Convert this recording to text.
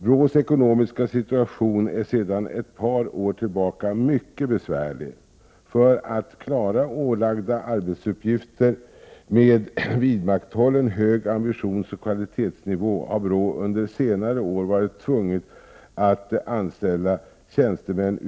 BRÅ:s ekonomiska situation är sedan ett par år tillbaka mycket besvärlig. För att klara ålagda arbetsuppgifter med vidmakthållen hög ambitionsoch kvalitetsnivå har BRÅ under senare år varit tvunget att anställa tjänstemän Prot.